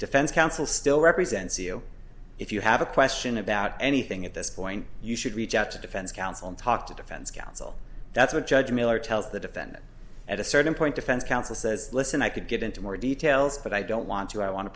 defense counsel still represents you if you have a question about anything at this point you should reach out to defense counsel and talk to defense that's what judge miller tells the defendant at a certain point defense counsel says listen i could get into more details but i don't want to i want to